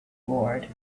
ward